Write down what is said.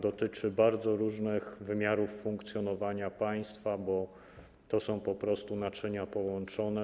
To dotyczy bardzo różnych wymiarów funkcjonowania państwa, bo to są po prostu naczynia połączone.